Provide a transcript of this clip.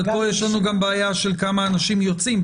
אבל פה יש לנו גם בעיה של כמה אנשים יוצאים.